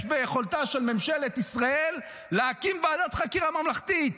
יש ביכולתה של ממשלת ישראל להקים ועדת חקירה ממלכתית,